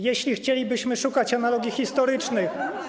Jeśli chcielibyśmy szukać analogii historycznych.